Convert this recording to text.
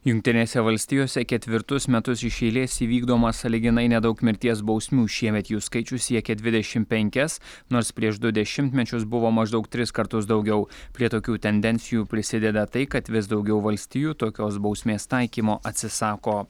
jungtinėse valstijose ketvirtus metus iš eilės įvykdoma sąlyginai nedaug mirties bausmių šiemet jų skaičius siekia dvidešim penkias nors prieš du dešimtmečius buvo maždaug tris kartus daugiau prie tokių tendencijų prisideda tai kad vis daugiau valstijų tokios bausmės taikymo atsisako